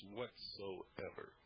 whatsoever